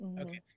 Okay